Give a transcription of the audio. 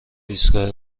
ایستگاه